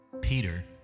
Peter